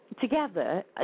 together